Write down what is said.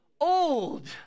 old